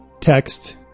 text